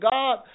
God